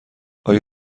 آیا